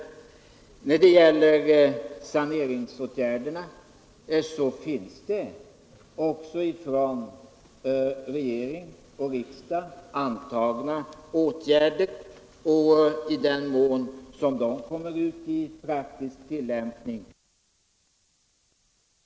Det finns också förslag från regering och riksdag till saneringsåtgärder, och i den mån som de kommer ut i praktisk tillämpning är det uppenbart att de medverkar till en ökad sysselsättning. Vad sedan gäller innebörden i Gunnar Nilssons uttalande skulle jag tro, att efter den här debatten blir det tillfälle att lyssna till vad Gunnar Nilsson kommer att säga. Då har han väl själv möjlighet att erinra alla som har varit tveksamma och gjort långt gående tolkningar av hans uttalande om vad han i själva verket har menat.